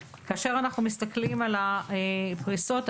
כאשר אנחנו מסתכלים על הפריסות,